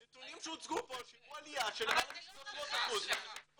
נתונים שהוצגו פה שהראו עליה של למעלה מ-300% ב-